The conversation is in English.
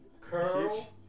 Curl